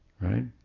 right